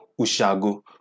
Ushago